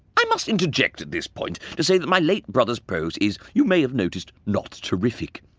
i must interject at this point to say that my late brother's prose is, you may have noticed, not terrific.